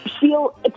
feel